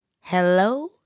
Hello